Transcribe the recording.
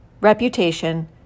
Reputation